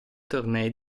tornei